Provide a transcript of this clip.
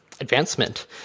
advancement